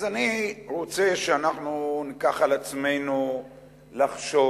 אז אני רוצה שאנחנו ניקח על עצמנו לחשוב